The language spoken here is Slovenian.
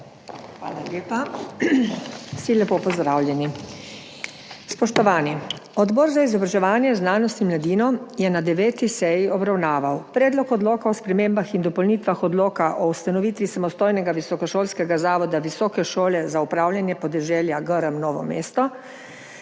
Hvala lepa. Vsi lepo pozdravljeni! Spoštovani, Odbor za izobraževanje, znanost in mladino je na 9. seji obravnaval Predlog odloka o spremembah in dopolnitvah Odloka o ustanovitvi samostojnega visokošolskega zavoda Visoke šole za upravljanje podeželja Grm Novo mesto,